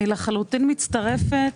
אני לחלוטין מצטרפת